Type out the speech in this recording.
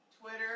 Twitter